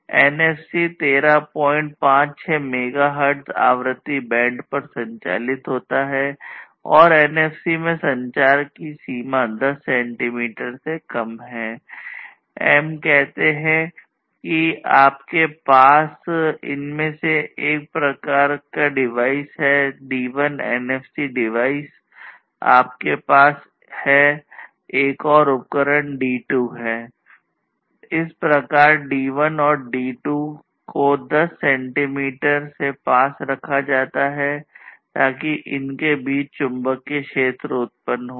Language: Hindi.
एनएफसी उत्पन्न होगा